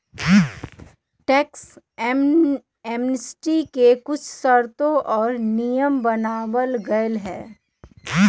tax amnesty के कुछ शर्तें और नियम बनावल गयले है